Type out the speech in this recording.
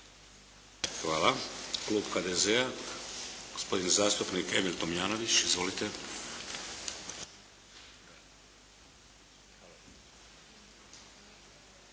Hvala. Klub HDZ-a, gospodin zastupnik Emil Tomljanović. Izvolite.